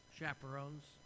Chaperones